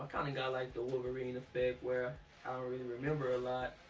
kind of got like the wolverine effect where i don't really remember a lot.